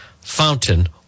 fountain